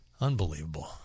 Unbelievable